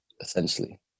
essentially